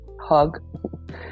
hug